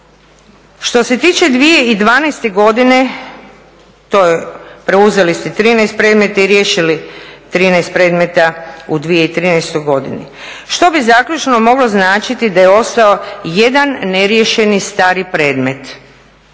Što se tiče 2012. godine preuzeli ste 13 predmeta i riješili 13 predmeta u 2013. godini, što bi zaključno moglo značiti da je ostao jedan neriješeni stari predmet,